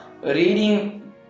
reading